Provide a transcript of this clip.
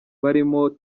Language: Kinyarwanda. barimo